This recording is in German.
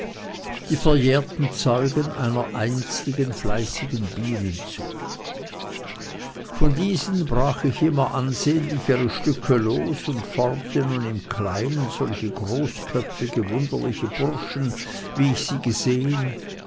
die verjährten zeugen einer einstigen fleißigen bienenzucht von diesen brach ich immer ansehnlichere stücke los und formte nun im kleinen solche großköpfige wunderliche burschen wie ich sie gesehen